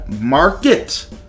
market